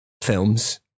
films